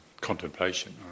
contemplation